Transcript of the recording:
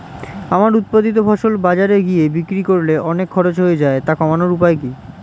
আমার উৎপাদিত ফসল বাজারে গিয়ে বিক্রি করলে অনেক খরচ হয়ে যায় তা কমানোর উপায় কি?